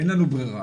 אין לנו ברירה,